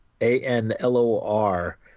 A-N-L-O-R